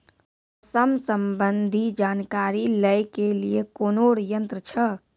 मौसम संबंधी जानकारी ले के लिए कोनोर यन्त्र छ?